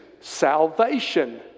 salvation